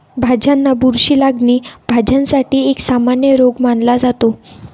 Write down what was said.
भाज्यांना बुरशी लागणे, भाज्यांसाठी एक सामान्य रोग मानला जातो